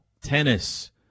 tennis